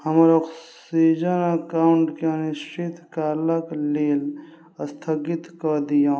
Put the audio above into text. हमर ऑक्सीजन अकाउंटके अनिश्चित कालक लेल स्थगित कऽ दिऔ